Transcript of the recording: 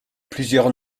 plusieurs